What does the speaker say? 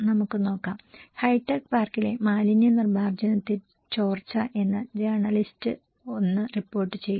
നമുക്ക് നോക്കാം ഹൈടെക് പാർക്കിലെ മാലിന്യ നിർമ്മാർജ്ജനത്തിൽ ചോർച്ച എന്ന് ജേണലിസ്റ്റ് 1 റിപ്പോർട്ട് ചെയ്തു